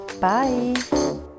bye